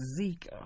Zika